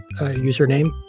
username